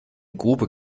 grube